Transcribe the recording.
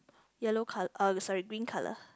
yellow colour uh sorry green colour